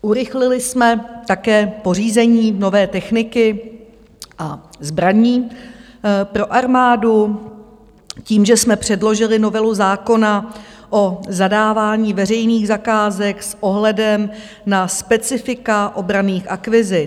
Urychlili jsme také pořízení nové techniky a zbraní pro armádu tím, že jsme předložili novelu zákona o zadávání veřejných zakázek s ohledem na specifika obranných akvizic.